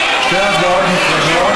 שתי הצבעות נפרדות.